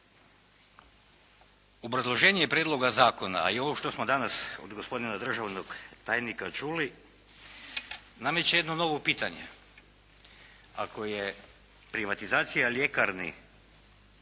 Obrazloženje Prijedloga zakona, a i ovo što smo danas od gospodina državnog tajnika čuli nameće jedno novo pitanje. Ako je privatizacija ljekarni